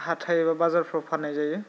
हाथाय एबा बाजारफोराव फाननाय जायो